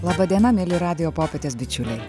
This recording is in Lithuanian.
laba diena mieli radijo popietės bičiuliai